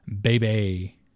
Baby